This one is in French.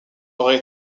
aurait